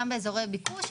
גם באזורי ביקוש,